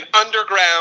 underground